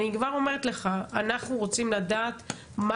אני כבר אומרת לך: אנחנו רוצים לדעת מה